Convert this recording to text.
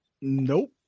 Nope